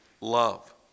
love